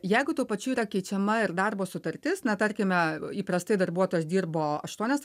jeigu tuo pačiu yra keičiama ir darbo sutartis na tarkime įprastai darbuotojas dirbo aštuonias